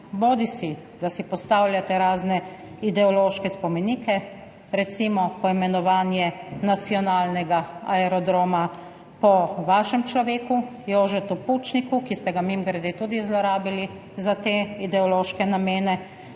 bodisi si postavljate razne ideološke spomenike, recimo poimenovanje nacionalnega aerodroma po vašem človeku Jožetu Pučniku, ki ste ga mimogrede tudi zlorabili za te ideološke namene,